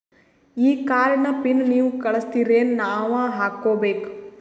ಈ ಕಾರ್ಡ್ ನ ಪಿನ್ ನೀವ ಕಳಸ್ತಿರೇನ ನಾವಾ ಹಾಕ್ಕೊ ಬೇಕು?